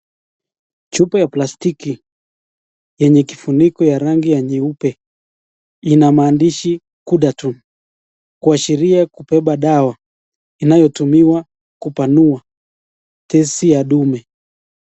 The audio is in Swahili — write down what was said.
Chupa ya plastiki yenye kifuniko ya rangi ya nyeupe, ina maandishi Ghudatun , kuashiria kubeba dawa inayotumiwa kupanua tesi ya dume.